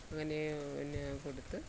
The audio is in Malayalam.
അങ്ങനെ പിന്നെ കൊടുത്ത്